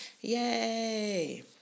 Yay